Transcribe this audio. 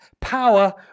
power